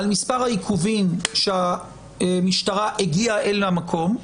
על מספר העיכובים שהמשטרה הגיעה אל המקום,